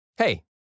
Hey